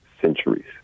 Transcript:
centuries